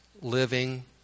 living